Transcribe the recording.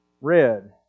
red